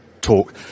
talk